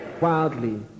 Wildly